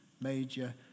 major